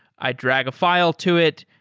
i drag a file to it.